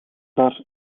bar